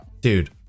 dude